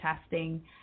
testing